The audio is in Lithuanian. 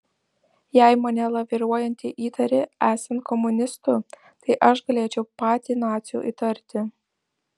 jei mane laviruojantį įtari esant komunistu tai aš galėčiau patį naciu įtarti